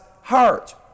heart